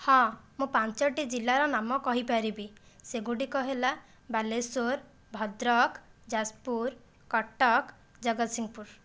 ହଁ ମୁଁ ପାଞ୍ଚଟି ଜିଲ୍ଲାର ନାମ କହିପାରିବି ସେଗୁଡ଼ିକ ହେଲା ବାଲେଶ୍ୱର ଭଦ୍ରକ ଯାଜପୁର କଟକ ଜଗତସିଂହପୁର